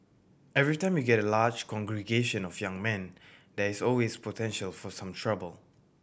every time you get a large congregation of young men there is always potential for some trouble